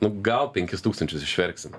nu gal penkis tūkstančius išverksim